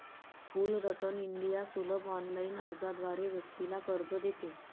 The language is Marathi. फुलरटन इंडिया सुलभ ऑनलाइन अर्जाद्वारे व्यक्तीला कर्ज देते